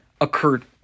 occurred